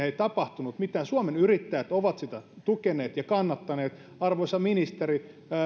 ei tapahtunut mitään suomen yrittäjät on sitä tukenut ja kannattanut arvoisa ministeri